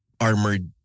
armored